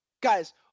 Guys